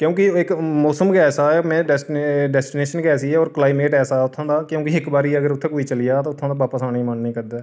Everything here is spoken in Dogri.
क्योंकि इक मौसम गे ऐसा ऐ मैं डैस्टीनेशन गै ऐसी ऐ होर क्लाइमेट ऐसा उत्थूं दा क्योंकि इक बारी अगर उत्थै कोई चली जा ते उत्थूं दा बापस आने दा मन नेईं करदा ऐ